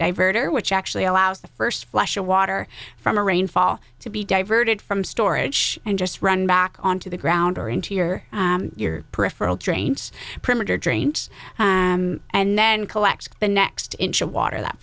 divert or which actually allows the first flush of water from rainfall to be diverted from storage and just run back onto the ground or into your peripheral drains perimeter drains and then collect the next inch of water that